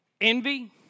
envy